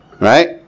Right